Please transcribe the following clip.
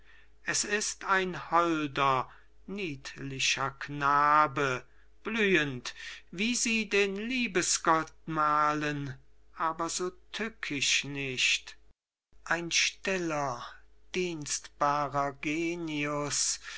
es ist ein holder niedlicher knabe blühend wie sie den liebesgott malen aber so tückisch nicht ein stiller dienstbarer genius